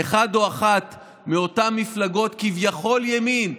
או אחת מאותן מפלגות כביכול-ימין,